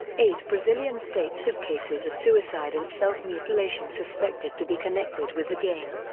eight brazilian states had cases of suicide and self-mutilation suspected to be connected with the game.